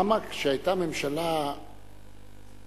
למה כשהיתה ממשלה אחרת,